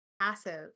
passive